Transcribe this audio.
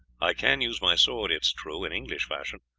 i can use my sword, it is true, in english fashion,